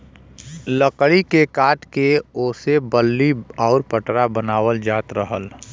लकड़ी के काट के ओसे बल्ली आउर पटरा बनावल जात रहल